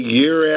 year